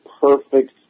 perfect